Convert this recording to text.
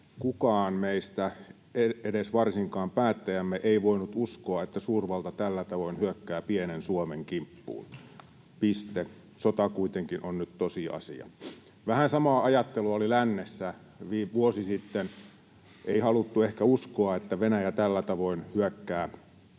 kukaan meistä, ei edes varsinkaan päättäjämme, ei voinut uskoa, että suurvalta tällä tavoin hyökkää pienen Suomen kimppuun. Sota kuitenkin on nyt tosiasia.” Vähän samaa ajattelua oli lännessä vuosi sitten. Ei haluttu ehkä uskoa, että Venäjä tällä tavoin hyökkää Ukrainan kimppuun,